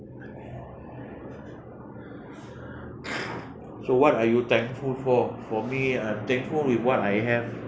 so what are you thankful for for me I'm thankful with what I have